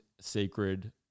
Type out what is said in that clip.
sacred